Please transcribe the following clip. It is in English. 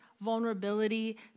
vulnerability